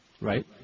right